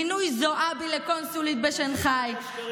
מינוי זועבי לקונסולית בשנחאי,